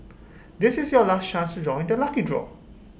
this is your last chance to join the lucky draw